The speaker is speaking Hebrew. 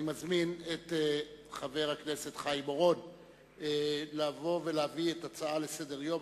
אני מזמין את חבר הכנסת חיים אורון לבוא ולהביא את ההצעה לסדר-היום,